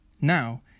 Now